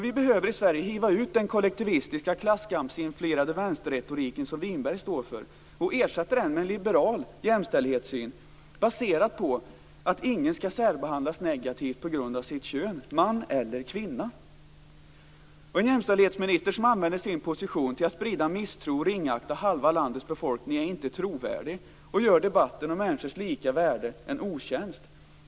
Vi behöver i Sverige hiva ut den kollektivistiska klasskampsinfluerade vänsterretorik som Winberg står för och ersätta den med en liberal jämställdhetssyn, baserad på att ingen skall särbehandlas negativt på grund av sitt kön, man eller kvinna. En jämställdhetsminister som använder sin position till att sprida misstro och ringakta halva landets befolkning är inte trovärdig och gör debatten om människors lika värde en otjänst.